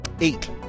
Eight